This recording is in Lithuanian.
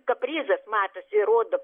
kaprizas matosi rodo